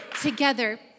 together